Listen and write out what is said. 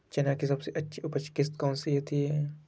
चना की सबसे अच्छी उपज किश्त कौन सी होती है?